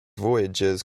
voyages